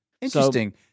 Interesting